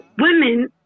women